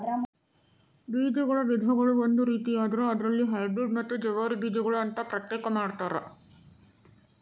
ಬೇಜಗಳ ವಿಧಗಳು ಒಂದು ರೇತಿಯಾದ್ರ ಅದರಲ್ಲಿ ಹೈಬ್ರೇಡ್ ಮತ್ತ ಜವಾರಿ ಬೇಜಗಳು ಅಂತಾ ಪ್ರತ್ಯೇಕ ಮಾಡತಾರ